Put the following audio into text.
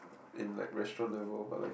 in like restaurant ever but like